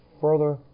further